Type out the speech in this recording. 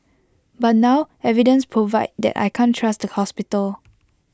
but now evidence provide that I can't trust the hospital